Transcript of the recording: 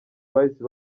bahise